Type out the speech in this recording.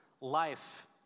life